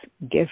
gift